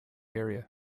area